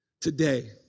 Today